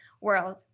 world